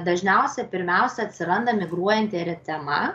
dažniausia pirmiausia atsiranda migruojanti eritema